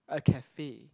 a cafe